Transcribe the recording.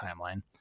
timeline